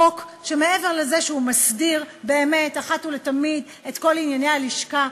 חוק שמעבר לזה שהוא מסדיר באמת אחת ולתמיד את כל ענייני הלשכה,